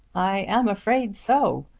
i am afraid so.